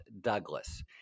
Douglas